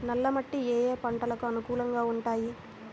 నల్ల మట్టి ఏ ఏ పంటలకు అనుకూలంగా ఉంటాయి?